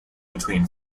between